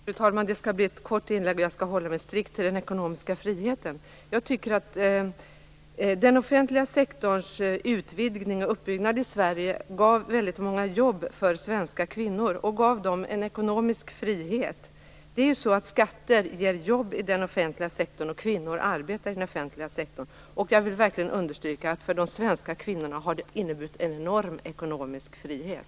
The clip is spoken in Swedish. Fru talman! Det skall bli ett kort inlägg, och jag skall hålla mig strikt till den ekonomiska friheten. Jag vill hävda att den offentliga sektorns utvidgning och uppbyggnad i Sverige gav väldigt många jobb för svenska kvinnor och gav dem en ekonomisk frihet. Skatter ger jobb i den offentliga sektorn, och kvinnor arbetar i den offentliga sektorn. Jag vill verkligen understryka att för de svenska kvinnorna har det inneburit en enorm ekonomisk frihet.